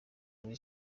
muri